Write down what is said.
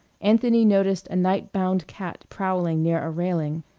anthony noticed a night-bound cat prowling near a railing.